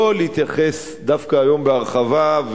דווקא לא להתייחס היום בהרחבה.